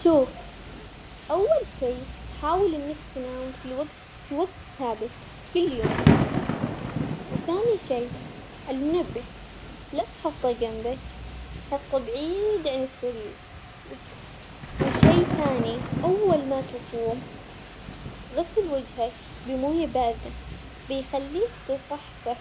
شوف أول شي حاول إنك تنام في الوقت في وقت ثابت كل يوم، وثاني شي المنبه لا تحطه جمبك حطه بعيد عن السرير وش- وشي ثاني أول ما تقوم غسل وجهك بموية باردة، بيخليك تصحصح.